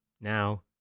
now